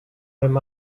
him